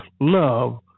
love